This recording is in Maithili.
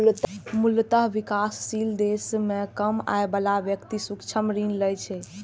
मूलतः विकासशील देश मे कम आय बला व्यक्ति सूक्ष्म ऋण लै छै